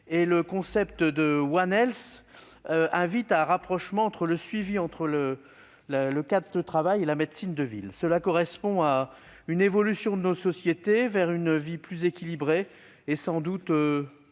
et le concept invite à un rapprochement entre le suivi dans le cadre du travail et la médecine de ville. Cela correspond à une évolution de nos sociétés vers une vie plus équilibrée et sans doute, nous l'espérons,